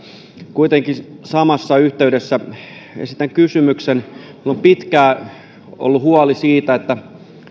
kuitenkin samassa yhteydessä esitän kysymyksen minulla on pitkään ollut huoli siitä että